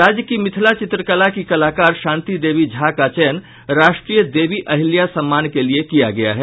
राज्य की मिथिला चित्रकला की कलाकार शांति देवी झा का चयन राष्ट्रीय देवी अहिल्या सम्मान के लिये किया गया है